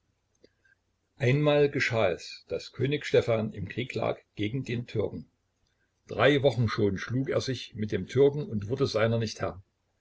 einmal geschah es daß könig stephan im krieg lag gegen den türken drei wochen schon schlug er sich mit dem türken und wurde seiner nicht herr